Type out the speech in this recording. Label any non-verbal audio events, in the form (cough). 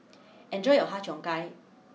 (noise) enjoy your Har Cheong Gai